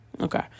Okay